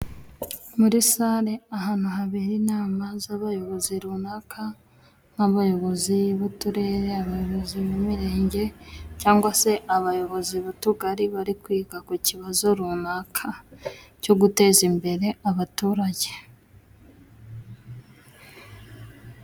Muri sale ahantu habera inama z'abayobozi runaka, nk'abayobozi b'uturere, abayobozi b'imirenge cyangwa se abayobozi b'utugari, bari kwiga ku kibazo runaka cyo guteza imbere abaturage.